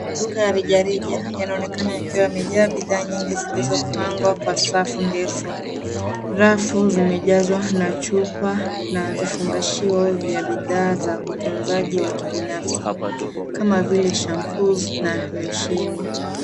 Maduka ya rejareja, yanaonekana yakiwa yamejaa bidhaa nyingi zilizopangwa, kwa safu ndefu. Rafu, zimejazwa, na chupa, na vifungashio vya bidhaa za utunzaji wa kibinafsi, kama vile shampoos na losheni.